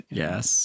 Yes